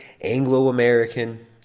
Anglo-American